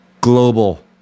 global